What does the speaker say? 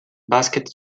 basket